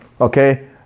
Okay